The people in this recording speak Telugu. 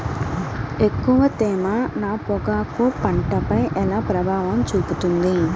ఎక్కువ తేమ నా పొగాకు పంటపై ఎలా ప్రభావం చూపుతుంది?